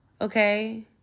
okay